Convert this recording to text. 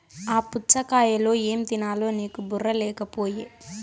ఆ పుచ్ఛగాయలో ఏం తినాలో నీకు బుర్ర లేకపోయె